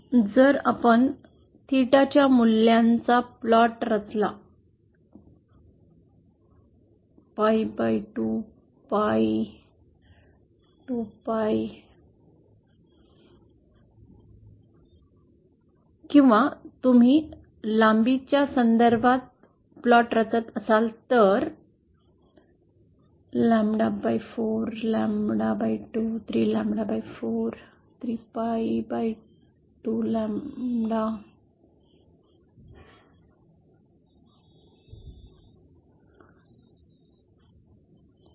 जर आपण थेटाच्या मूल्यांचा प्लॉट रचला किंवा तुम्ही लांबीच्या संदर्भात प्लॉट रचत असाल तर